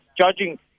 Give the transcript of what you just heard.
judging